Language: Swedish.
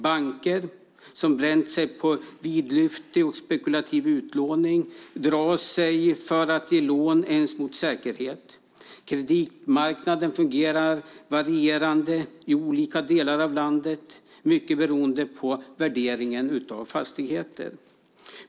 Banker som bränt sig på vidlyftig och spekulativ utlåning drar sig för att ge lån ens mot säkerhet. Kreditmarknaden fungerar varierande i olika delar av landet, mycket beroende på värderingen av fastigheter.